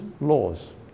laws